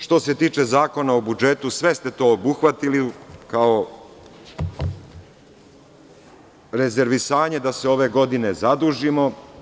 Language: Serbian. Što se tiče Zakona o budžetu, sve ste to obuhvatili, kao rezervisanje da se ove godine zadužimo.